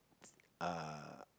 uh